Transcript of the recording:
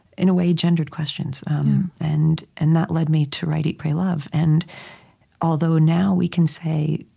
in a way, gendered questions um and and that led me to write eat pray love. and although now we can say,